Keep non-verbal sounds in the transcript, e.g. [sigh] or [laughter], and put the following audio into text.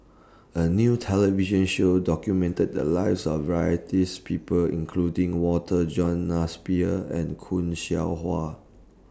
A New television Show documented The Lives of Varieties People including Walter John [unintelligible] and Khoo Seow Hwa